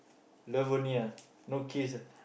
love only ah no kiss ah